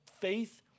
faith